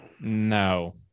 No